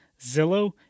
Zillow